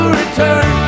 return